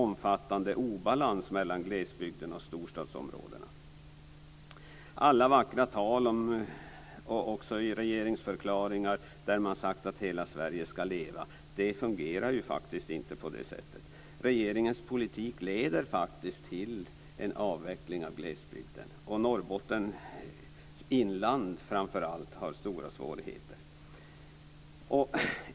Man har i vackra tal och också i regeringsförklaringar sagt att hela Sverige ska leva. Det fungerar faktiskt inte på det sättet. Regeringens politik leder faktiskt till en avveckling av glesbygden. Framför allt Norrbottens inland har stora svårigheter.